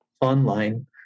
online